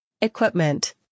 equipment